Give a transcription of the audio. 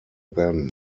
then